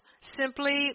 simply